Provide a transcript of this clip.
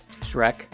Shrek